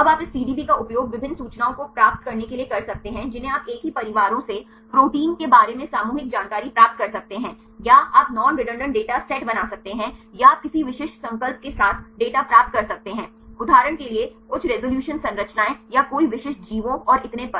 अब आप इस पीडीबी का उपयोग विभिन्न सूचनाओं को प्राप्त करने के लिए कर सकते हैं जिन्हें आप एक ही परिवारों से प्रोटीन के बारे में सामूहिक जानकारी प्राप्त कर सकते हैं या आप नॉन रेडंडान्त डेटा सेट बना सकते हैं या आप किसी विशिष्ट संकल्प के साथ डेटा प्राप्त कर सकते हैं उदाहरण के लिए उच्च रिज़ॉल्यूशन संरचनाएँ या कोई विशिष्ट जीवों और इतने पर